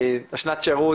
השנת שירות,